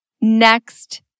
Next